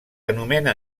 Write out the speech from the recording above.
anomena